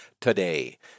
today